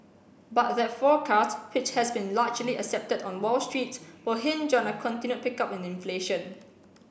but that forecast which has been largely accepted on Wall Street will hinge on a continued pickup in inflation